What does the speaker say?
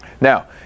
Now